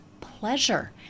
pleasure